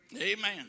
Amen